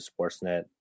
Sportsnet